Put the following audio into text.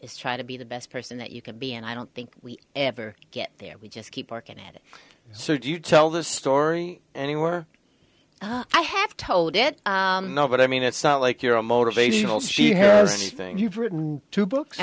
is try to be the best person that you can be and i don't think we ever get there we just keep working at it so you tell the story anywhere i have told it no but i mean it's not like you're a motivational she has anything you've written two books